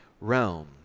realm